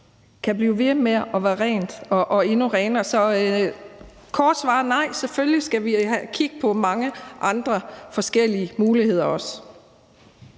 kan blive ved med at være rent og endnu renere. Så det korte svar er: Nej, selvfølgelig skal vi også kigge på mange andre forskellige muligheder.